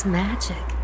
magic